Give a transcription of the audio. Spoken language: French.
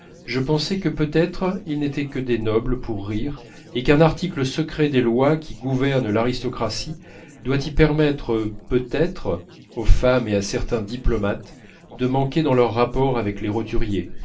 je pensais que peut-être ils n'étaient que des nobles pour rire et qu'un article secret des lois qui gouvernent l'aristocratie doit y permettre peut-être aux femmes et à certains diplomates de manquer dans leurs rapports avec les roturiers